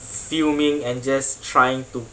fuming and just trying to